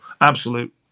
absolute